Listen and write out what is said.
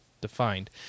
defined